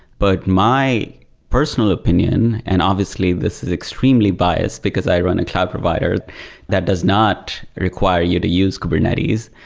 but my personal opinion, and obviously this is extremely biased, because i run a cloud provider that does not require you to use kubernetes.